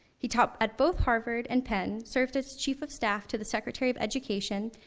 he taught at both harvard, and penn, served as chief of staff to the secretary of education,